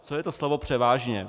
Co je to slovo převážně?